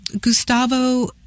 Gustavo